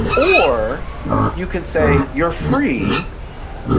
or you can say you're free.